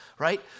Right